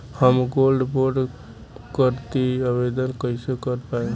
हम gold bond करतिं आवेदन कइसे कर पाइब?